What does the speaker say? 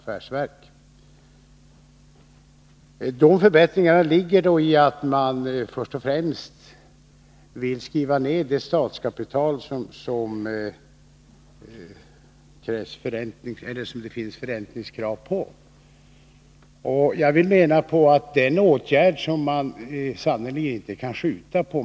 Dessa förbättringar innebär först och främst att regeringen vill skära ner detstatskapital på vilket det finns förräntningskrav. Jag menar att detta är en åtgärd som man sannerligen inte kan skjuta på.